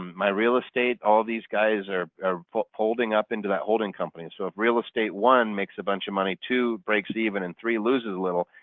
my real estate all these guys are holding up into that holding company. so if real estate one makes a bunch of money, two breaks even and three loses a little,